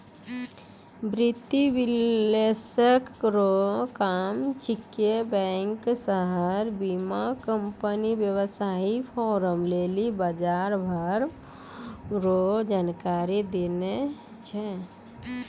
वित्तीय विश्लेषक रो काम छिकै बैंक शेयर बीमाकम्पनी वेवसाय फार्म लेली बजारभाव रो जानकारी देनाय